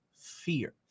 fear